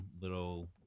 little